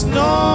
no